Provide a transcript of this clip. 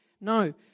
No